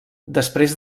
després